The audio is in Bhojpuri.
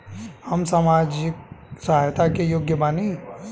हम सामाजिक सहायता के योग्य बानी?